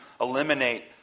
eliminate